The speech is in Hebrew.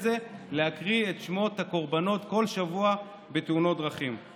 לקרוא את שמות הקורבנות בתאונות דרכים כל שבוע.